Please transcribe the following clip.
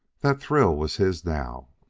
that thrill was his now.